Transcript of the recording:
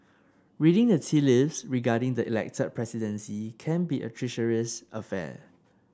reading the tea leaves regarding the elected presidency can be a treacherous affair